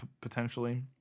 potentially